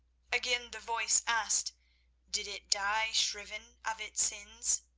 again the voice asked did it die shriven of its sins?